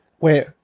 wait